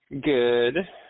Good